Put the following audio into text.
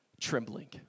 trembling